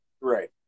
right